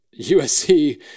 USC